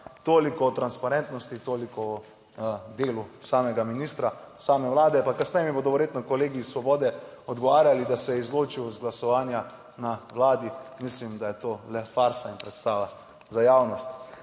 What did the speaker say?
Toliko o transparentnosti, toliko o delu samega ministra, same vlade. Pa kasneje mi bodo verjetno kolegi iz Svobode odgovarjali, da se je izločil iz glasovanja na vladi. Mislim, da je to le farsa in predstava za javnost.